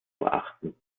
beachten